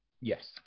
Yes